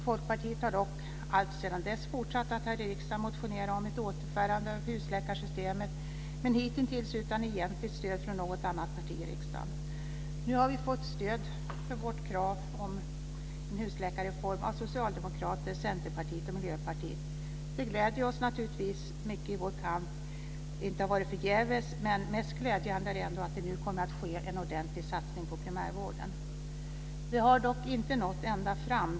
Folkpartiet har dock alltsedan dess fortsatt att här i riksdagen motionera om ett återinförande av husläkarsystemet, hitintills utan egentligt stöd från något annat parti i riksdagen. Nu har vi fått stöd för vårt krav på en husläkarreform av Socialdemokraterna, Centerpartiet och Miljöpartiet. Det gläder oss naturligtvis mycket att vår kamp inte har varit förgäves, men mest glädjande är ändå att det nu kommer att ske en ordentlig satsning på primärvården. Vi har dock inte nått ända fram.